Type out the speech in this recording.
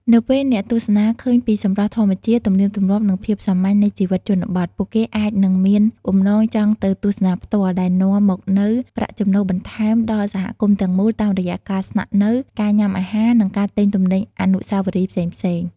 នៅពេលអ្នកទស្សនាឃើញពីសម្រស់ធម្មជាតិ ទំនៀមទម្លាប់ និងភាពសាមញ្ញនៃជីវិតជនបទ ពួកគេអាចនឹងមានបំណងចង់ទៅទស្សនាផ្ទាល់ ដែលនាំមកនូវប្រាក់ចំណូលបន្ថែមដល់សហគមន៍ទាំងមូល តាមរយៈការស្នាក់នៅ ការញ៉ាំអាហារ និងការទិញទំនិញអនុស្សាវរីយ៍ផ្សេងៗ។